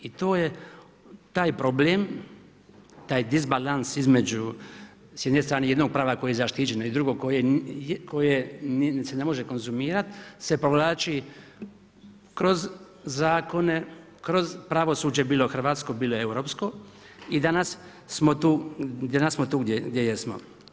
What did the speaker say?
I to je, taj problem, taj disbalans između s jedne strane jednog prava koje je zaštićeno i drugog koje se ne može konzumirati se provlači kroz zakone, kroz pravosuđe, bilo hrvatsko, bilo europsko i danas smo tu, danas smo tu gdje jesmo.